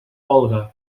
olga